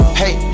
hey